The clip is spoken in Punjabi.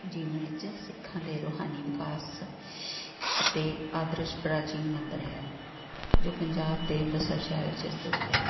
ਜਿਨ੍ਹਾਂ ਵਿੱਚ ਸਿੱਖਾਂ ਦੇ ਰੂਹਾਨੀ ਵਿਕਾਸ ਅਤੇ ਆਦਰਸ਼ ਪ੍ਰਾਚੀਨ ਮੰਦਰ ਹੈ ਜੋ ਪੰਜਾਬ ਦੇ ਅੰਮ੍ਰਿਤਸਰ ਸ਼ਹਿਰ ਵਿੱਚ ਸਥਿਤ ਹੈ